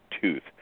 tooth